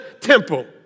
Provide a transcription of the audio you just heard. temple